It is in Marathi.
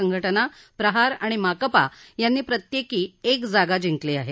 संघजा प्रहार आणि माकपा यांनी प्रत्येकी एक जागा जिंकली आहे